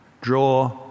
draw